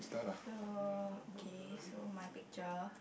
so okay so my picture